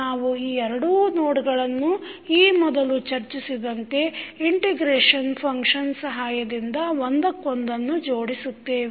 ನಾವು ಈ ಎರಡೂ ನೋಡ್ಗಳನ್ನು ಈ ಮೊದಲು ಚರ್ಚಿಸಿದಂತೆ ಇಂಟಿಗ್ರೇಷನ್ ಫಂಕ್ಷನ್ ಸಹಾಯದಿಂದ ಒಂದಕ್ಕೊಂದನ್ನು ಜೋಡಿಸುತ್ತೇವೆ